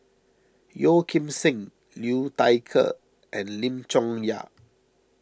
Yeo Kim Seng Liu Thai Ker and Lim Chong Yah